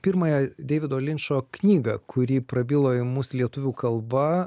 pirmąją deivido linčo knygą kuri prabilo į mus lietuvių kalba